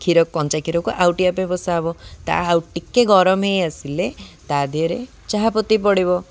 କ୍ଷୀର କଞ୍ଚା କ୍ଷୀରକୁ ଆଉଟିିବା ପାଇଁ ବସା ହେବ ତ ଆଉ ଟିକେ ଗରମ ହେଇ ଆସିଲେ ତା' ଦେହରେ ଚାହା ପତି ପଡ଼ିବ